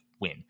win